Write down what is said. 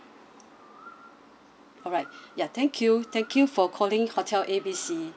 alright ya thank you thank you for calling hotel A B C